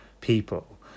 people